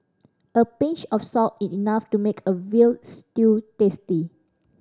a pinch of salt is enough to make a veal stew tasty